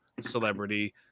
celebrity